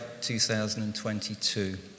2022